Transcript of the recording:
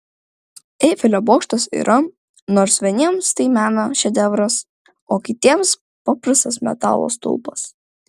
eifelio bokštas yra nors vieniems tai meno šedevras o kitiems paprastas metalo stulpas